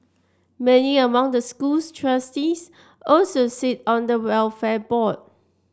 many among the school's trustees also sit on the welfare board